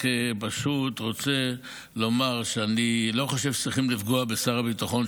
פשוט אני רק רוצה לומר שאני לא חושב שצריכים לפגוע בשר הביטחון,